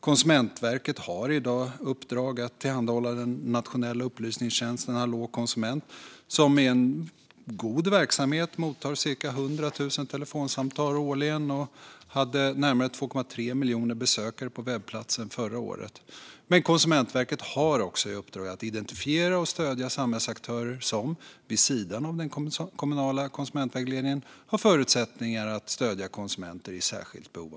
Konsumentverket har i dag i uppdrag att tillhandahålla den nationella upplysningstjänsten Hallå konsument, som är en god verksamhet. Den mottar cirka 100 000 telefonsamtal årligen och hade närmare 2,3 miljoner besökare på webbplatsen förra året. Men Konsumentverket har också i uppdrag att identifiera och stödja samhällsaktörer som vid sidan av den kommunala konsumentvägledningen har förutsättningar att stödja konsumenter med särskilt behov.